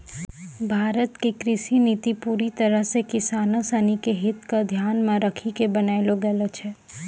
भारत के कृषि नीति पूरी तरह सॅ किसानों सिनि के हित क ध्यान मॅ रखी क बनैलो गेलो छै